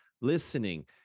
listening